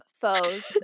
foes